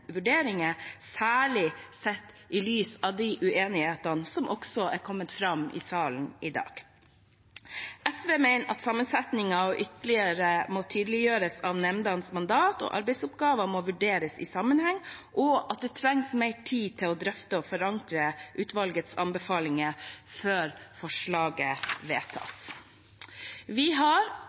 vurderinger, særlig sett i lys av den uenigheten som også har kommet fram i salen i dag. SV mener at sammensetning og ytterligere tydeliggjøring av nemndenes mandat og arbeidsoppgaver må vurderes i sammenheng, og at det trengs mer tid til å drøfte og forankre utvalgets anbefalinger før forslagene vedtas. Vi har